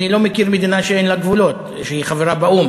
אני לא מכיר מדינה שאין לה גבולות שהיא חברה באו"ם,